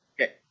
Okay